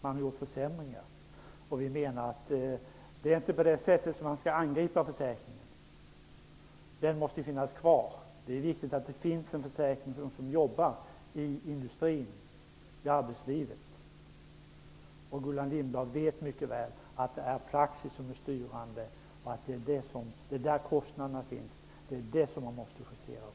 Det man nu åstadkommit är försämringar. Men det är inte på det sättet man skall angripa försäkringen. Försäkringen måste finnas kvar. Det är viktigt för dem som är verksamma i arbetslivet och som jobbar i industrin. Gullan Lindblad vet mycket väl att praxis är styrande och att det är där kostnaderna ligger, och detta måste justeras.